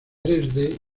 dresde